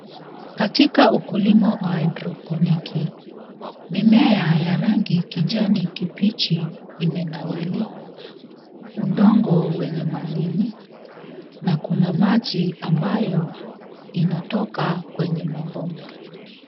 Katika ukulima wa haidroponiki, mimea ya rangi kijani kibichi imenawiri. Udongo wenye madini na kuna maji ambayo inatoka kwenye mabomba.